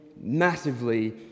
massively